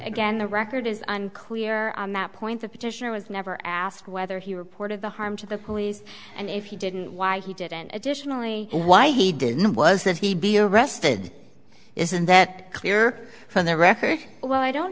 again the record is unclear on that point the petitioner was never asked whether he reported the harm to the police and if he didn't why he didn't additionally why he did not was that he be arrested isn't that clear from the record well i don't